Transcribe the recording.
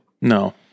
No